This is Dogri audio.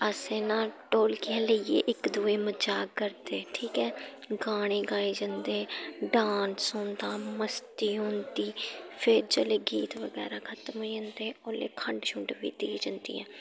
असें ना ढोलकियां लेइयै इक दुए गी मजाक करदे ठीक ऐ गाने गाए जंदे डांस होंदा मस्ती होंदी फिर जेल्लै गीत बगैरा खत्म होई जंदे ओल्लै खंड शुंड बी दी जंदी ऐ